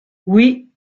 oui